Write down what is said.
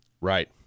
right